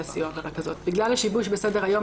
הסיוע ורכזות: "בגלל השיבוש בסדר-היום,